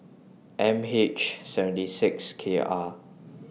M H seventy six K R